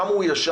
כמה הוא ישר,